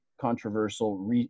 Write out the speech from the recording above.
controversial